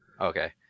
Okay